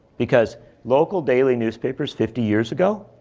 because local daily newspapers fifty years ago,